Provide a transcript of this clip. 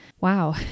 wow